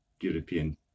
European